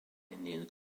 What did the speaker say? indeed